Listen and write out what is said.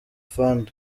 fund